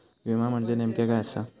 विमा म्हणजे नेमक्या काय आसा?